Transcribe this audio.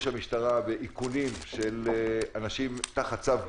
המשטרה באיכונים של אנשים תחת צו בידוד.